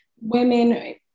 women